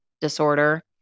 disorder